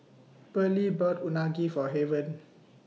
Pearly bought Unagi For Haven